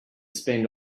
spend